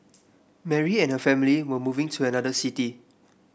Mary and her family were moving to another city